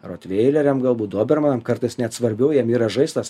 rotveileriam galbūt dobermanam kartais net svarbiau jiem yra žaislas